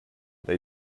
they